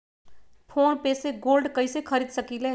Phone पे से gold कईसे खरीद सकीले?